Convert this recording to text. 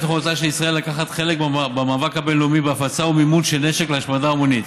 ישראל לקחת חלק במאבק הבין-לאומי בהפצה ומימון של נשק להשמדה המונית.